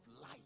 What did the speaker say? light